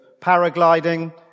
paragliding